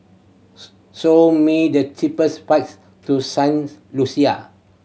show me the cheapest flights to Saint Lucia